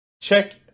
Check